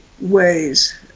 ways